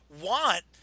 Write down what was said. want